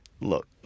look